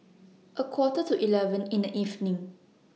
A Quarter to eleven in The evening